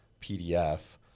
PDF